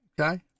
Okay